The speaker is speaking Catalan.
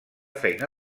feina